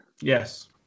Yes